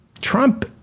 Trump